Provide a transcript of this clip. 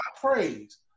praise